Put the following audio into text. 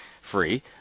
Free